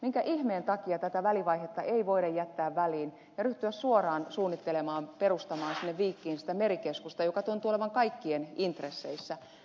minkä ihmeen takia tätä välivaihetta ei voida jättää väliin ja ryhtyä suoraan suunnittelemaan perustamaan sinne viikkiin sitä merikeskusta joka tuntuu olevan kaikkien intresseissä